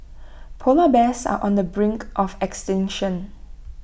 Polar Bears are on the brink of extinction